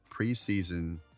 preseason